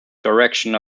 direction